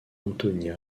antonia